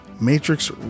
Matrix